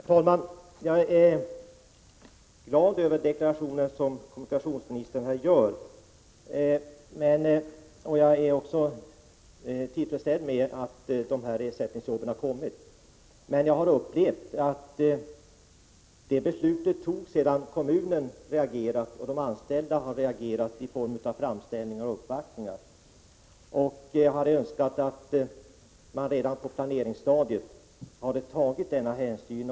Herr talman! Jag är glad över den deklaration som kommunikationsministern här gjort. Jag är också tillfredsställd med att det blir ersättningsjobb. Men det beslutet togs först sedan kommunen och de anställda hade reagerat med framställningar och uppvaktningar. Jag skulle ha önskat att man redan på planeringsstadiet hade tagit denna hänsyn.